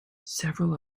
several